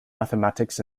mathematics